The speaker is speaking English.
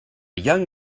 young